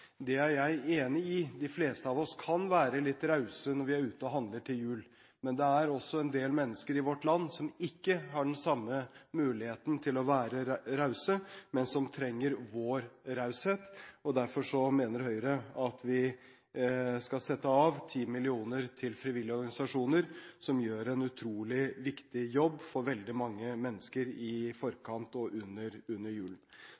Det er jeg enig i, de fleste av oss kan være litt rause når vi er ute og handler til jul, men det er også en del mennesker i vårt land som ikke har den samme muligheten til å være rause, men som trenger vår raushet. Derfor mener Høyre at vi skal sette av 10 mill. kr til frivillige organisasjoner, som gjør en utrolig viktig jobb for veldig mange mennesker før og under